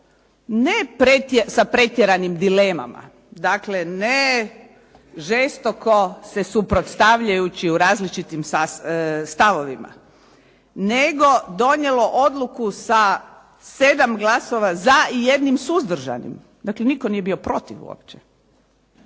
ne sa pretjeranim dilemama, dakle ne žestoko se suprotstavljajući u različitim stavovima, nego donijelo odluku sa 7 glasova za i jednim suzdržanim. Dakle, nitko nije bio protiv uopće,